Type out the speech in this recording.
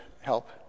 help